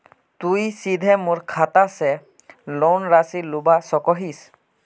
तुई सीधे मोर खाता से लोन राशि लुबा सकोहिस?